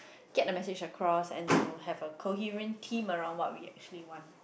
get the message across and to have a coherent tea around what we actually want